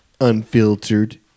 unfiltered